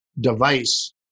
device